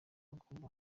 agomba